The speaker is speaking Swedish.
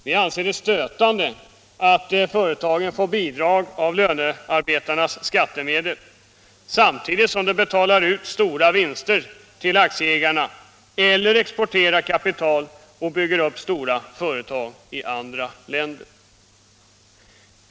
Vi anser det stötande att företagen får bidrag av lönearbetarnas skattemedel, samtidigt som de betalar ut stora vinster till aktieägarna eller exporterar kapital och bygger upp stora företag i andra länder.